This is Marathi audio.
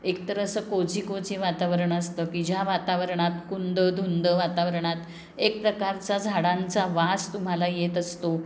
एकतर असं कोजी कोजी वातावरण असतं की ज्या वातावरणात कुंद धुंद वातावरणात एक प्रकारचा झाडांचा वास तुम्हाला येत असतो